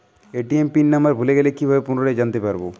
ATM PIN number ভুলে গেলে কি ভাবে পুনরায় জানতে পারবো?